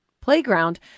playground